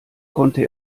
konnte